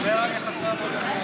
דבר על יחסי העבודה.